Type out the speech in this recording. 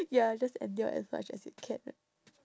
ya just endure as much as you can